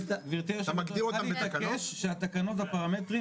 את צריכה להתעקש שהתקנות והפרמטרים